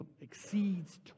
exceeds